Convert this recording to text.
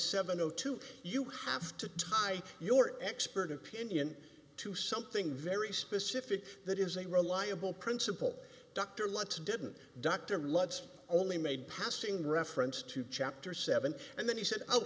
seven o two you have to tie your expert opinion to something very specific that is a reliable principle doctor let's didn't doctor loves only made passing reference to chapter seven and then he said oh